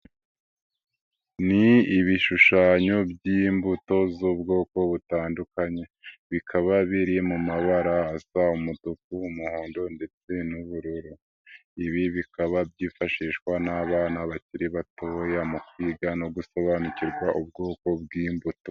Ni ibishushanyo by'imbuto z'ubwoko butandukanye, bikaba biri mu mabara asa umutuku , umuhondo ndetse n'ubururu, ibi bikaba byifashishwa n'abana bakiri batoya mu kwiga no gusobanukirwa ubwoko bw'imbuto.